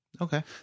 Okay